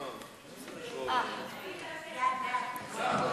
הצעת ועדת החוקה,